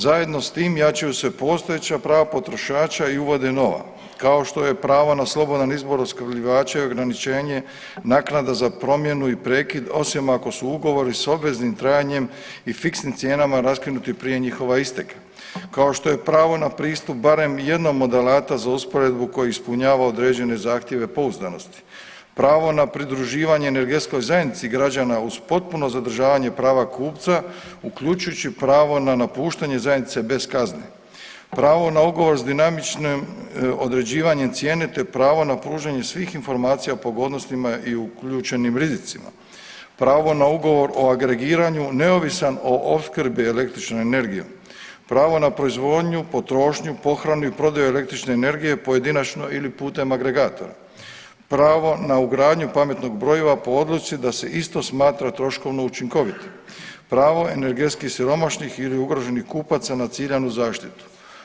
Zajedno s tim jačaju se postojeća prava potrošača i uvode nova, kao što je pravo na slobodan izbor opskrbljivača i ograničenje naknada za promjenu i prekid osim ako su ugovori s obveznim trajanjem i fiksnim cijenama raskinuti prije njihova isteka, kao što je pravo na pristup barem jednom od alata za usporedbu koji ispunjava određene zahtjeve pouzdanosti, pravo na pridruživanje energetskoj zajednici građana uz potpuno zadržavanje prava kupca uključujući pravo na napuštanje zajednice bez kazne, pravo na ugovor s dinamičnim određivanjem cijene, te pravo na pružanje svih informacija u pogodnostima i uključenim rizicima, pravo na ugovor o agregiranju neovisan o opskrbi električnom energijom, pravo na proizvodnju, potrošnju, pohranu i prodaju električne energije pojedinačno ili putem agregatora, pravo na ugradnju pametnog brojila po odluci da se isto smatra troškovno učinkovitim, pravo energetski siromašnih ili ugroženih kupaca na ciljanu zaštitu.